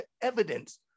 evidence